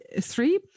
three